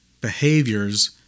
behaviors